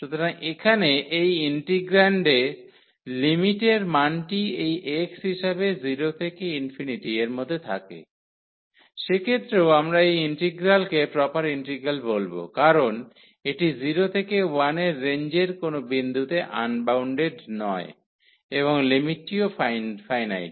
সুতরাং এখানে এই ইন্টিগ্রান্ডের লিমিটের মানটি এই x হিসাবে 0 থেকে ∞ এর মধ্যে থাকে সেক্ষেত্রেও আমরা এই ইন্টিগ্রালকে প্রপার ইন্টিগ্রাল বলব কারণ এটি 0 থেকে 1 এর রেঞ্জের কোনও বিন্দুতে আনবাউন্ডেড নয় এবং লিমিটটিও ফাইনাইট